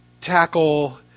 tackle